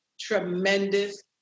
tremendous